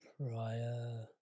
prior